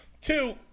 Two